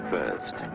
First